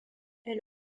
elle